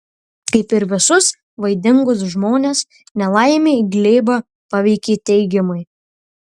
kaip ir visus vaidingus žmones nelaimė glėbą paveikė teigiamai